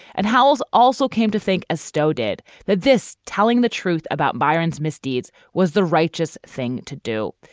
and haoles also came to think asto did that this telling the truth about byron's misdeeds was the righteous thing to do.